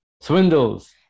swindles